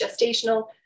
gestational